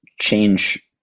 change